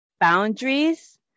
boundaries